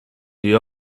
die